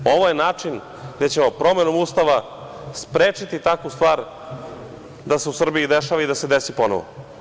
Ovo je način gde ćemo promenom Ustava sprečiti takvu stvar da se u Srbiji dešava i da se desi ponovo.